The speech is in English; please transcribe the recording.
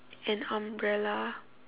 an umbrella